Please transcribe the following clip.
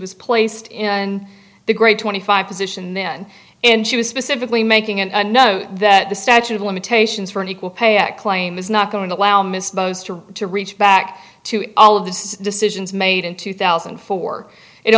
was placed in the great twenty five position then and she was specifically making and know that the statute of limitations for an equal pay act claim is not going to allow missed both to reach back to all of the decisions made in two thousand and four it